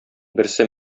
берсе